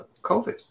COVID